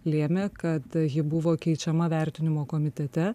lėmė kad ji buvo keičiama vertinimo komitete